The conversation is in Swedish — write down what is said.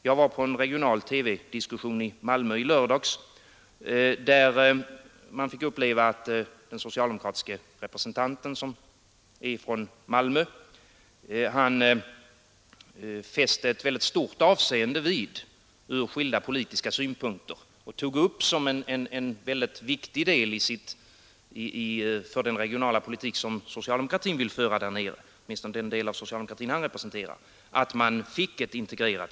Jag var med på en regional TV-diskussion i Malmö i lördags, där den socialdemokratiske representanten — han är från Malmö — ur skilda politiska synpunkter fäste stort avseende vid frågan om ett integrerat Skånelän och tog upp den som en mycket viktig del för den regionala politik som socialdemokratin, åtminstone den del av socialdemokratin som han representerar, vill föra där nere.